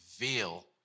reveal